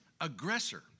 aggressor